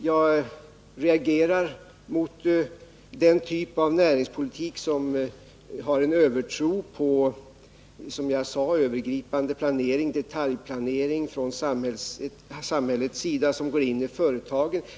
Jag reagerar mot den typ av näringspolitik som har en övertro på, som jag sade, en övergripande planering, en detaljplanering från samhällets sida, som går in i företagen.